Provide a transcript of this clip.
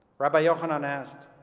rabbi yochanan asked